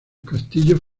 castillos